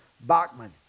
Bachman